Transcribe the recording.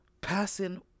passing